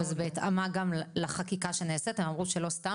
זה גם בהתאמה לחקיקה שנעשית והם אמרו שזה לא סתם